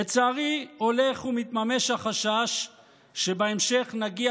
לצערי הולך ומתממש החשש שבהמשך נגיע